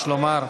יש לומר,